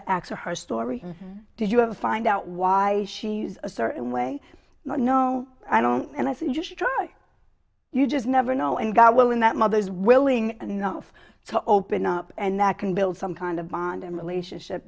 or her stories and did you ever find out why she's a certain way no i don't and i just try you just never know and god willing that mother's willing enough to open up and that can build some kind of bond and relationship